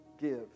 give